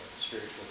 spiritual